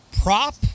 prop